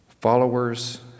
followers